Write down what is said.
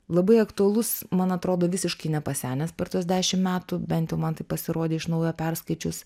labai aktualus man atrodo visiškai nepasenęs per tuos dešim metų bent jau man taip pasirodė iš naujo perskaičius